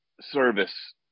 service